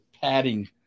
padding